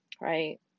right